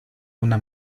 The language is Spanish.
una